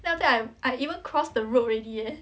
then after that I I even cross the road already leh